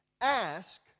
ask